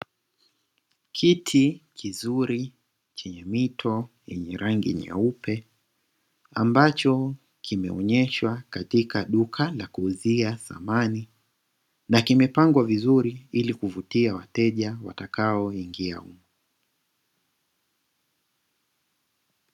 Kiti kizuri chenye mito yenye rangi nyeupe ambacho kimeoneshwa katika duka la kuuzia samani na kimepangwa vizuri, ili kuvutia wateja watakao ingia.